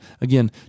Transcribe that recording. again